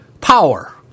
power